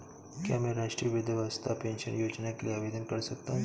क्या मैं राष्ट्रीय वृद्धावस्था पेंशन योजना के लिए आवेदन कर सकता हूँ?